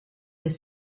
les